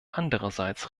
andererseits